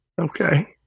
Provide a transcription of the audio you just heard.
Okay